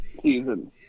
Season